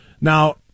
Now